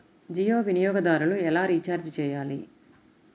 జియో వినియోగదారులు ఎలా రీఛార్జ్ చేయాలి?